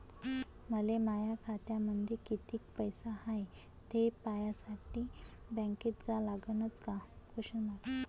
मले माया खात्यामंदी कितीक पैसा हाय थे पायन्यासाठी बँकेत जा लागनच का?